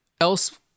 else